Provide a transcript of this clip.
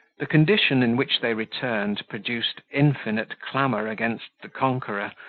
the condition in which they returned produced infinite clamour against the conqueror,